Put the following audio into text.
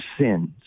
sins